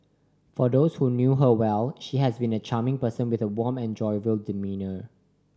for those who knew her well she has been a charming person with a warm and jovial demeanour